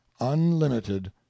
unlimited